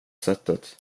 sättet